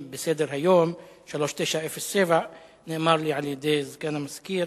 אין מתנגדים, אין נמנעים.